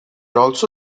also